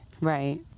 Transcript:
Right